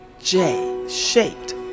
J-shaped